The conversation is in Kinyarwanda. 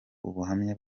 ubuhamya